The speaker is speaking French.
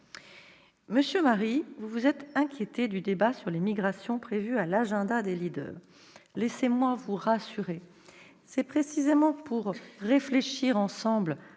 Monsieur Marie, vous vous êtes inquiété du débat relatif aux migrations prévu à l'agenda des leaders. Laissez-moi vous rassurer : c'est précisément pour réfléchir ensemble